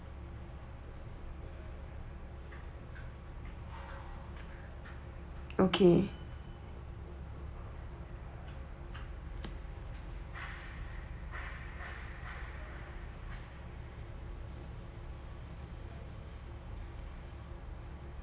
okay